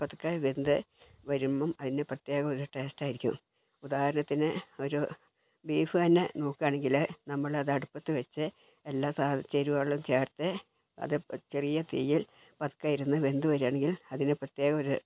പതുക്കെ വെന്ത് വരുമ്പം അതിന് പ്രത്യേകം ഒരു ടേസ്റ്റ് ആയിരിക്കും ഉദാഹരണത്തിന് ഒരു ബീഫ് തന്നെ നോക്കുകാണെങ്കിൽ നമ്മളത് അടുപ്പത്ത് വെച്ച് എല്ലാ ചേരുവകളും ചേർത്ത് അത് ചെറിയ തീയിൽ പതുക്കെ ഇരുന്ന് വെന്ത് വരുകയാണെങ്കിൽ അതിന് പ്രത്യേക ഒരു